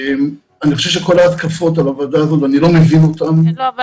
אני חושב שכל ההתקפות על הוועדה הזו ואני לא מבין אותן --- ברשותכם,